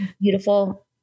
Beautiful